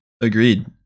agreed